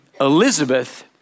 Elizabeth